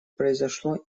произошло